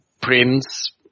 prince